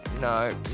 no